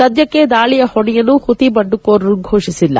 ಸದ್ಯಕ್ಕೆ ದಾಳಿಯ ಹೊಣೆಯನ್ನು ಹುತಿ ಬಂಡುಕೋರರು ಘೋಷಿಸಿಲ್ಲ